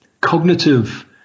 cognitive